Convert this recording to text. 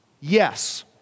Yes